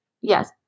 Yes